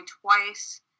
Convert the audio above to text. twice